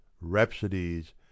rhapsodies